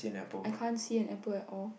I can't see an apple at all